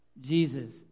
Jesus